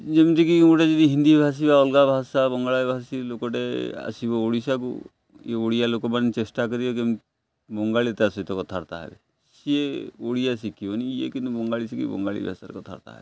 ଯେମିତିକି ଗୋଟେ ଯଦି ହିନ୍ଦୀ ଭାଷୀ ବା ଅଲଗା ଭାଷା ବଙ୍ଗଳା ଭାଷୀ ଲୋକଟେ ଆସିବ ଓଡ଼ିଶାକୁ ଇଏ ଓଡ଼ିଆ ଲୋକମାନେ ଚେଷ୍ଟା କରିବେ ବଙ୍ଗାଳୀ ତା ସହିତ କଥାବାର୍ତ୍ତା ହେବେ ସିଏ ଓଡ଼ିଆ ଶିଖିବନି ଇଏ କିନ୍ତୁ ବଙ୍ଗାଳୀ ଶିଖି ବଙ୍ଗାଳୀ ଭାଷାରେ କଥାବାର୍ତ୍ତା ହେବେ